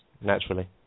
naturally